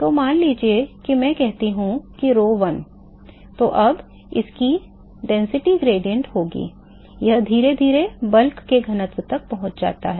तो मान लीजिए कि मैं कहता हूं कि rho 1 तो अब इसकी घनत्व प्रवणता होगी यह धीरे धीरे बल्क के घनत्व तक पहुंच जाता है